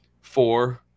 four